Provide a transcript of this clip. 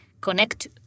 connect